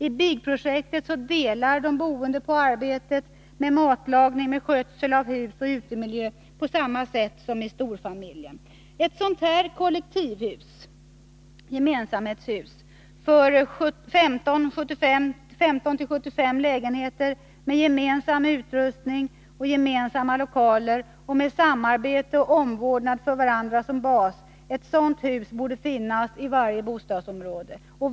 I BIG-projektet delar de boende på arbetet med matlagning, skötsel av hus och utemiljö på samma sätt som i storfamilj. Ett sådant kollektivhus — gemensamhetshus — för 15-75 lägenheter, med gemensam utrustning i samma lokaler och med samarbete och omvårdnad om varandra som bas, borde finnas i varje bostadsområde.